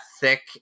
thick